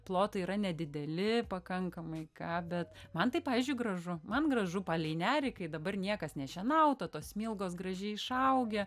plotai yra nedideli pakankamai ką bet man tai pavyzdžiui gražu man gražu palei nerį kai dabar niekas nešienauta tos smilgos gražiai išaugę